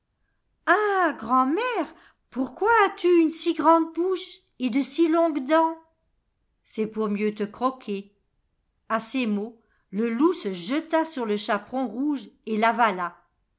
ah grand'mère pourquoi as-tu une si grande bouche et de si longues dents c'est pour mieux te croquer aces mots le loup se jeta sur le chaperon rouge et l'avala